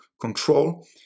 control